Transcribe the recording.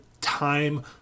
time